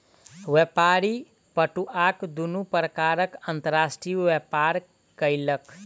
व्यापारी पटुआक दुनू प्रकारक अंतर्राष्ट्रीय व्यापार केलक